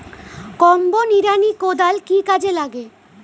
Combo নিড়ানি কোদাল কি কাজে লাগে?